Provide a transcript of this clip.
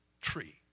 tree